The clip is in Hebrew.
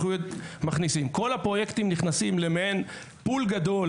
כל הפרויקטים נכנסים למעין מאגר גדול